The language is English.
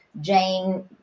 Jane